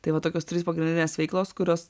tai va tokios trys pagrindinės veiklos kurios